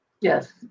Yes